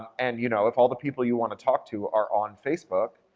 and, you know, if all the people you want to talk to are on facebook,